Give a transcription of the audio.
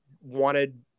wanted